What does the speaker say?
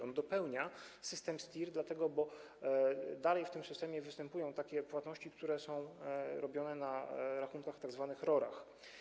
On dopełnia system STIR, dlatego że dalej w tym systemie występują takie płatności, które są na rachunkach, tzw. ROR-ach.